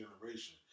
generation